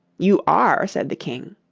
you are said the king.